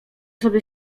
sobie